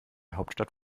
hauptstadt